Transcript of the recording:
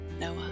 Noah